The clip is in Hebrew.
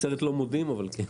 נצרת לא מודים, אבל כן.